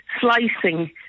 slicing